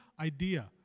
idea